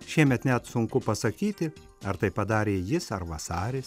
šiemet net sunku pasakyti ar tai padarė jis ar vasaris